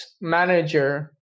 manager